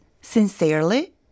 sincerely